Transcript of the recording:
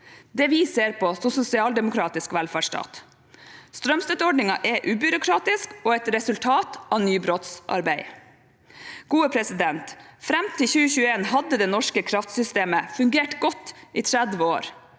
det vi ser på som sosialdemokratisk velferdsstat. Strømstøtteordningen er ubyråkratisk og et resultat av nybrottsarbeid. Fram til 2021 hadde det norske kraftsystemet fungert godt i 30 år